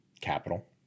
capital